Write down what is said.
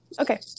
Okay